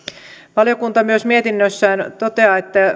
valiokunta mietinnössään toteaa myös että